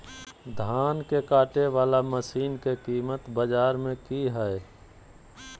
धान के कटे बाला मसीन के कीमत बाजार में की हाय?